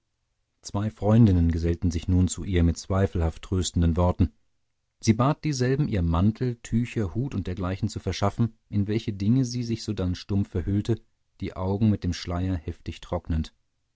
zwei freundinnen gesellten sich nun zu ihr mit zweifelhaft tröstenden worten sie bat dieselben ihr mantel tücher hut und dergleichen zu verschaffen in welche dinge sie sich sodann stumm verhüllte die augen mit dem schleier heftig trocknend